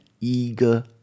eager